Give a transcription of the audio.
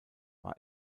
war